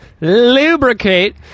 lubricate